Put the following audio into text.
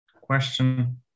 question